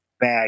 bad